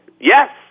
Yes